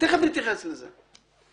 תיכף נתייחס לזה.